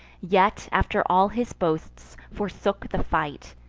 yet, after all his boasts, forsook the fight,